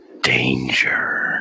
danger